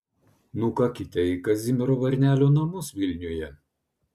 nukakite į kazimiero varnelio namus vilniuje